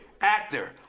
actor